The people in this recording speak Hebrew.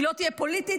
היא לא תהיה פוליטית,